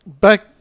back